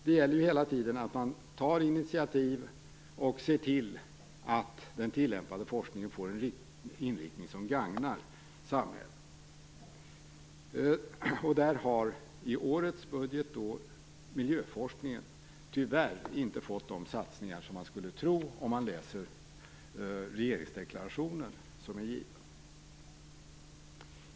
Det gäller ju hela tiden att ta initiativ och se till att den tillämpade forskningen får en inriktning som gagnar samhället. I årets budget har miljöforskningen tyvärr inte fått de satsningar som man kunde tro när man läser den avgivna regeringsdeklarationen.